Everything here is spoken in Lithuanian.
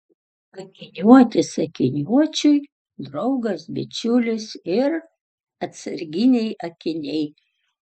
akiniuotis akiniuočiui draugas bičiulis ir atsarginiai akiniai